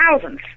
Thousands